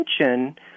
attention